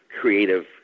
creative